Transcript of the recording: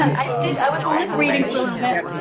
i did, i was lip reading for a little bit.